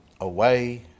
away